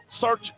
search